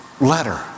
letter